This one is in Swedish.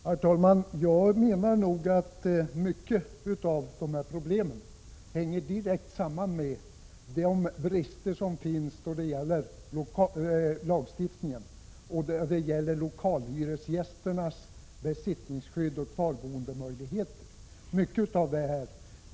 Herr talman! Jag menar faktiskt att många av de här problemen hänger direkt samman med de brister som finns i lagstiftningen då det gäller lokalhyresgästernas besittningsskydd och kvarboendemöjligheter.